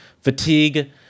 fatigue